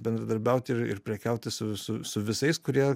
bendradarbiauti ir ir prekiauti su su visais kurie